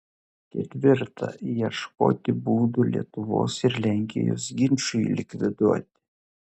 ketvirta ieškoti būdų lietuvos ir lenkijos ginčui likviduoti